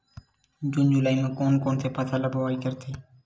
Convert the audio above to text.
जून जुलाई म कोन कौन से फसल ल बोआई करथे?